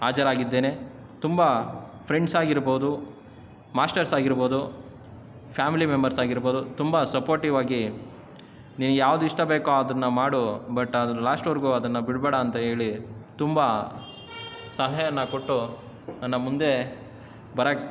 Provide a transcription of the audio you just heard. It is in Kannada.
ಹಾಜರಾಗಿದ್ದೇನೆ ತುಂಬ ಫ್ರೆಂಡ್ಸಾಗಿರ್ಬೋದು ಮಾಸ್ಟರ್ಸಾಗಿರ್ಬೋದು ಫ್ಯಾಮಿಲಿ ಮೆಂಬರ್ಸ್ ಆಗಿರ್ಬೋದು ತುಂಬ ಸಪೋರ್ಟಿವ್ ಆಗಿ ನಿನ್ಗೆ ಯಾವ್ದು ಇಷ್ಟ ಬೇಕೋ ಅದನ್ನು ಮಾಡು ಬಟ್ ಅದು ಲಾಸ್ಟ್ವರೆಗೂ ಅದನ್ನು ಬಿಡಬೇಡ ಅಂತ ಹೇಳಿ ತುಂಬ ಸಹಾಯನ ಕೊಟ್ಟು ನನ್ನ ಮುಂದೆ ಬರಕ್ಕೆ